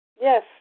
Yes